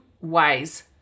ways